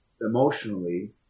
emotionally